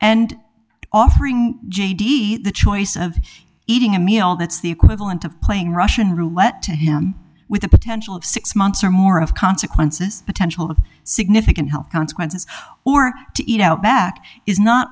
and offering j d the choice of eating a meal that's the equivalent of playing russian roulette to him with a potential of six months or more of consequences potential significant health consequences or to eat out back is not